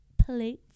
plates